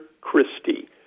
Christie